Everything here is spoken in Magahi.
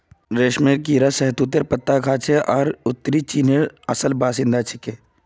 रेशमेर कीड़ा शहतूतेर पत्ता खाछेक आर उत्तरी चीनेर असल बाशिंदा छिके